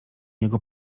jego